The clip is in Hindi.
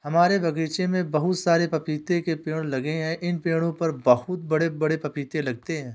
हमारे बगीचे में बहुत सारे पपीते के पेड़ लगे हैं इन पेड़ों पर बहुत बड़े बड़े पपीते लगते हैं